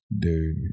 Dude